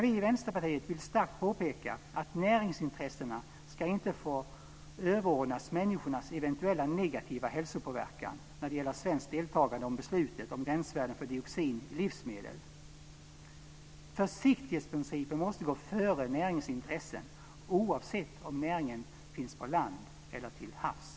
Vi i Vänsterpartiet vill starkt påpeka att näringsintressena inte ska få överordnas människornas eventuella negativa hälsopåverkan när det gäller svenskt deltagande i beslutet om gränsvärden för dioxin i livsmedel. Försiktighetsprincipen måste gå före näringens intressen oavsett om näringen finns på land eller till havs.